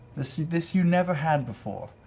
this this you never had before.